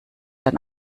dann